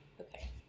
Okay